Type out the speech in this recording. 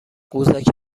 قوزک